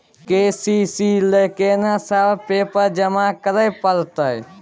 KCC ल केना सब पेपर जमा करै परतै?